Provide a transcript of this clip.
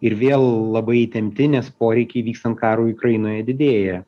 ir vėl labai įtempti nes poreikiai vykstant karui ukrainoje didėja